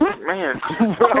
Man